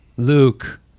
Luke